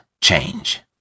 change